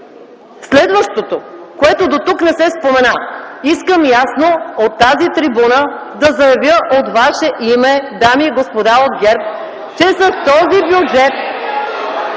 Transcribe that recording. Следващото, което дотук не се спомена. Искам ясно от тази трибуна да заявя от ваше име, дами и господа от ГЕРБ (шум и реплики